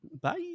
Bye